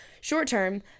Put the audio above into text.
short-term